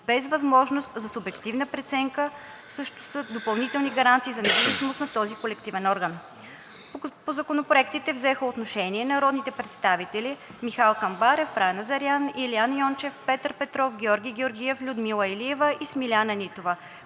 без възможност за субективна преценка също са допълнителни гаранции за независимостта на този колегиален орган. По законопроектите взеха отношение народните представители Михал Камбарев, Рая Назарян, Илиян Йончев, Петър Петров, Георги Георгиев, Людмила Илиева и Смиляна Нитова,